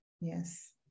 Yes